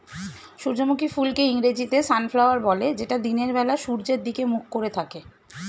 সূর্যমুখী ফুলকে ইংরেজিতে সানফ্লাওয়ার বলে যেটা দিনের বেলা সূর্যের দিকে মুখ করে থাকে